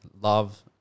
love